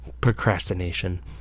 Procrastination